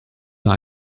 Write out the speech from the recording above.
par